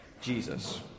Jesus